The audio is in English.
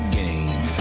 game